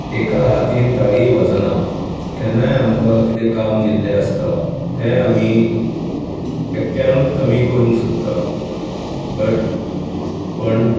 एका हातींन ताळी वाजना केन्नाय आमकां कितें काम दिल्ले आसता तें आमी एकट्यानूच आमी करूंक सोदता बट पूण